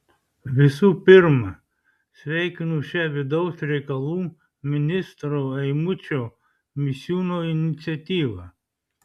visų pirma sveikinu šią vidaus reikalų ministro eimučio misiūno iniciatyvą